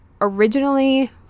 originally